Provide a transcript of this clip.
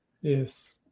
Yes